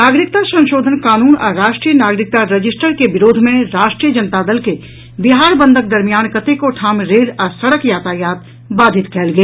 नागरिकता संशोधन कानून आ राष्ट्रीय नागरिकता रजिस्टर के विरोध मे राष्ट्रीय जनता दल के बिहार बंदक दरमियान कतेको ठाम रेल आ सड़क यातायात बाधित कयल गेल